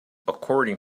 according